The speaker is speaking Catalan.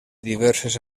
diverses